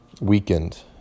weakened